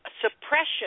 suppression